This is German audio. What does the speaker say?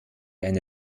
eine